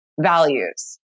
values